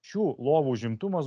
šių lovų užimtumas